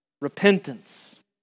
repentance